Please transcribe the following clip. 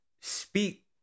speak